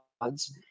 odds